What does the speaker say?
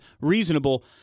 reasonable